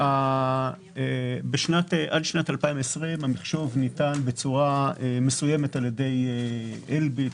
עד שנת 2020 המחשוב ניתן בצורה מסוימת על ידי אלביט,